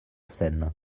seine